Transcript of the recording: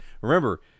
remember